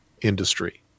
industry